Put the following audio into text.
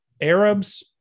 Arabs